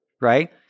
right